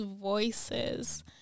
voices